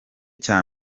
cya